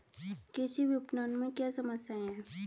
कृषि विपणन में क्या समस्याएँ हैं?